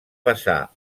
passar